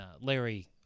Larry